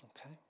Okay